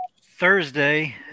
Thursday